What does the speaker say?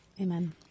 Amen